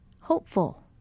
hopeful